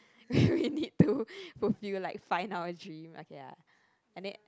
we need to fulfill like find our dream okay ah and then